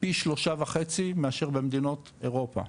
פי שלושה וחצי מאשר במדינות אירופה,